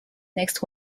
next